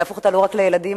לא רק לילדים,